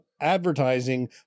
advertising